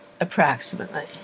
approximately